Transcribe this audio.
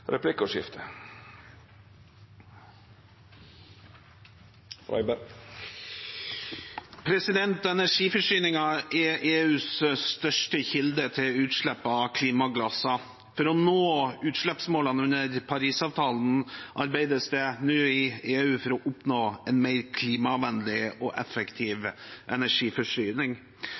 er EUs største kilde til utslipp av klimagasser. For å nå utslippsmålene under Parisavtalen arbeides det nå i EU for å oppnå en mer klimavennlig og effektiv energiforsyning.